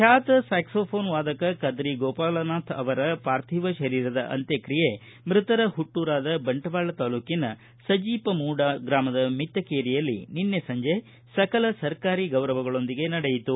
ಬ್ಬಾತ saxophone ವಾದಕ ಕದ್ರಿ ಗೋಪಾಲನಾಥ್ ಅವರ ಪಾರ್ಥಿವ ಶರೀರದ ಅಂತ್ಯಕ್ರಿಯೆ ಮ್ಟರ ಹುಟ್ಟೂರಾದ ಬಂಟ್ವಾಳ ತಾಲೂಕಿನ ಸಜಿಪಮೂಡ ಗ್ರಾಮದ ಮಿತ್ತಕೇರಿಯಲ್ಲಿ ನಿನ್ನೆ ಸಂಜೆ ಸಕಲ ಸರಕಾರಿ ಗೌರವಗಳೊಂದಿಗೆ ನಡೆಯಿತು